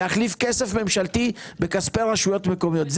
להחליף כסף ממשלתי בכספי רשויות מקומיות.